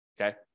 okay